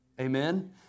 Amen